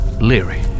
Leary